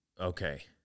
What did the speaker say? Okay